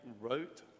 wrote